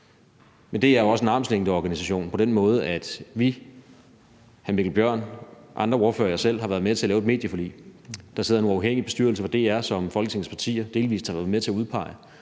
Men DR er også en armslængdeorganisation på den måde, at vi, hr. Mikkel Bjørn, andre ordførere og jeg selv har været med til at lave et medieforlig. Der sidder en uafhængig bestyrelse for DR, som Folketingets partier delvis har været med til at udpege,